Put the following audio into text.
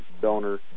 donor